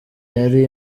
yari